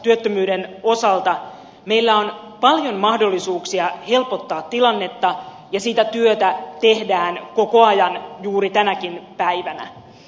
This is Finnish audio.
pitkäaikaistyöttömyyden osalta meillä on paljon mahdollisuuksia helpottaa tilannetta ja sitä työtä tehdään koko ajan juuri tänäkin päivänä